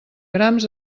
grams